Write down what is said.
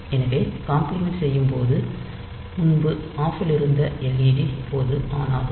எனவே காம்ப்ளிமெண்ட் செய்யும் போது முன்பு ஆப் லிருந்த led இப்போது ஆன் ஆகும்